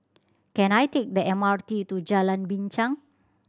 can I take the M R T to Jalan Binchang